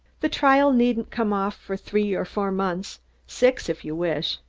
the trial needn't come off for three or four months six if you wish.